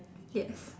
yes